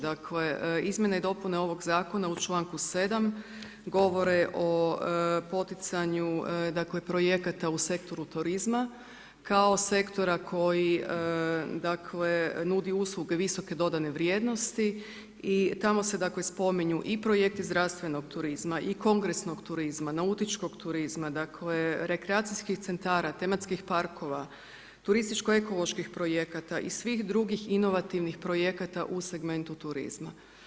Dakle, izmjene i dopune ovog zakona u čl.7 govore o poticanju, dakle, projekata u sektoru turizma, kao sektora koji dakle, nudi usluge visoke dodane vrijednosti i tamo se dakle, spominju i projekti zdravstvenog turizma i kongresnog turizma, nautičkog turizma, dakle, rekreacijskih centara, tematskih parkova, turističko ekoloških projekata i svih drugih inovativnih projekata u segmentu turizma.